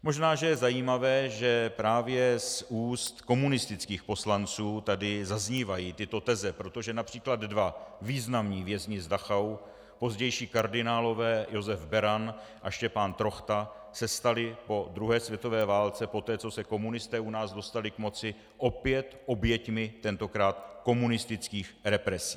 Možná je zajímavé, že právě z úst komunistických poslanců tady zaznívají tyto teze, protože například dva významní vězni z Dachau, pozdější kardinálové Josef Beran a Štěpán Trochta, se stali po druhé světové válce, poté co se komunisté u nás dostali k moci, opět oběťmi tentokrát komunistických represí.